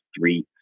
three